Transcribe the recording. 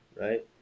Right